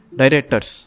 directors